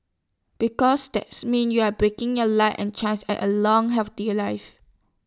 because that's mean you're breaking your luck and chances at A long healthy life